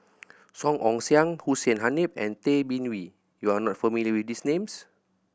Song Ong Siang Hussein Haniff and Tay Bin Wee you are not familiar with these names